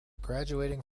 graduating